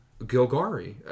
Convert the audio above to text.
Gilgari